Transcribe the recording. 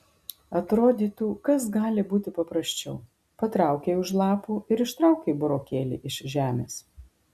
atrodytų kas gali būti paprasčiau patraukei už lapų ir ištraukei burokėlį iš žemės